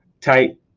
tight